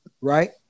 Right